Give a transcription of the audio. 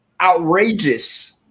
outrageous